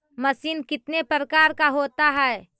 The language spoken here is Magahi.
मशीन कितने प्रकार का होता है?